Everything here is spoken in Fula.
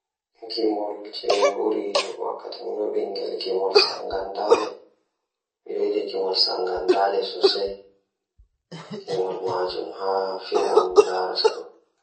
Mi njiddaade yiɗde ina waawi eɗenɗe hakkunde hoore. Ko fiyaangu ngam ɗum waɗa fowru e maɓɓe.